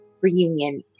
Reunion